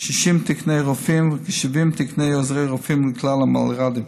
60 תקני רופאים וכ-70 תקני עוזרי רופאים לכלל המלר"דים,